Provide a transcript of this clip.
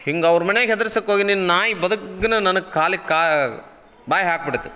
ಹಿಂಗೆ ಅವ್ರ ಮನ್ಯಾಗೆ ಹೆದರ್ಸಕ್ಕೆ ಹೋಗಿನಿ ನಾಯಿ ಬದ್ಗನ ನನಗೆ ಕಾಲಿಗೆ ಕಾಲು ಬಾಯಿ ಹಾಕ್ಬಿಡ್ತ